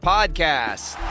Podcast